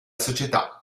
società